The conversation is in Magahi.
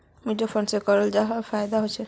मार्केटिंग से लोगोक की फायदा जाहा?